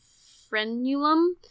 frenulum